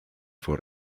for